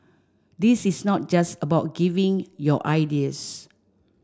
this is not just about giving your ideas